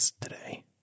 today